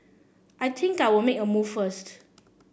I think I'll make a move first